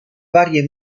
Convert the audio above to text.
varie